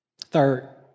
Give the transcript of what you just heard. Third